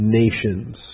nations